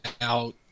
out